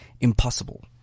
impossible